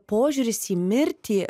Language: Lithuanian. požiūris į mirtį